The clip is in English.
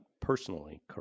personally